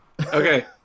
Okay